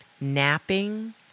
napping